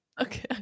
Okay